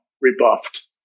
rebuffed